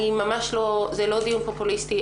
זה לא דיון פופוליסטי,